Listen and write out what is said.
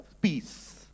Peace